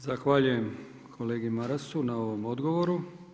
Zahvaljujem kolegi Marasu na ovom odgovoru.